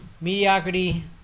mediocrity